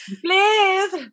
please